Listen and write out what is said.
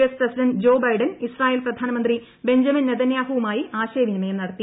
S president Joe Biden Israel പ്രധാനമന്ത്രി Benjamin നെതന്യാഹുമായിട്ടു ആശയവിനിമയം നടത്തി